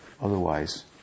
Otherwise